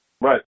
Right